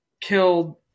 killed